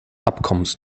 abkommens